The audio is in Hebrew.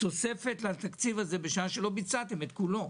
לתוספת לתקציב הזה בשעה שלא ביצעתם את כולו.